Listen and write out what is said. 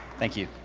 thank you.